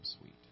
sweet